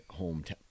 hometown